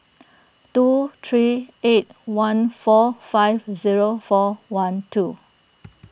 two three eight one four five zero four one two